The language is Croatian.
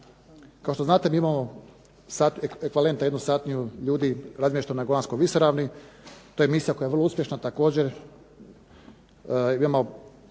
Kao što znate, mi imamo ekvivalenta jednu satniju ljudi razmještenoj na Golanskoj visoravni. To je misija koja je vrlo uspješna također.